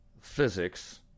physics